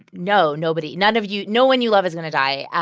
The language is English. no, nobody none of you no one you love is going to die.